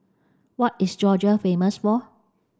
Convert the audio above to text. what is Georgia famous for